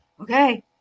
okay